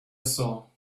saw